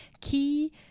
key